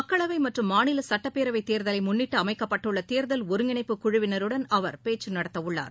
மக்களவை மற்றும் மாநில சுட்டப்பேரவை தேர்தலை முன்ளிட்டு அமைக்கப்பட்டுள்ள தேர்தல் ஒருங்கிணைப்பு குழுவினருடன் அவர் பேச்சு நடத்தவுள்ளார்